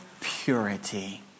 purity